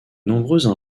nombreuses